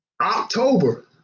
October